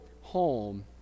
home